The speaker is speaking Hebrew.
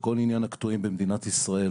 כל עניין הקטועים במדינת ישראל